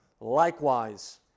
Likewise